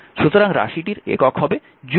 সুতরাং রাশিটির একক হবে জুল